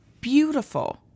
Beautiful